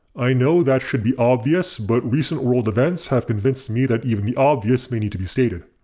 i know that should be obvious but recent world events have convinced me that even the obvious may need to be stated.